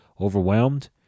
overwhelmed